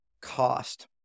cost